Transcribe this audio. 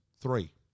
three